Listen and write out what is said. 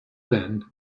then